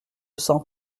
sens